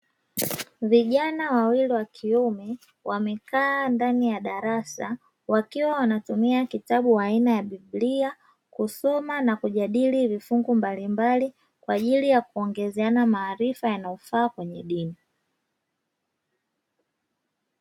Vijana wawili wa kiume, wamekaa ndani ya darasa wakiwa wanatumia kitabu aina ya biblia kusoma na kujadili vifungu mbalimbali kwa ajili ya kuongezeana maarifa yanayofaa kwenye dini.